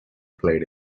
played